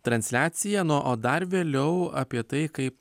transliacija na o dar vėliau apie tai kaip